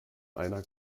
einer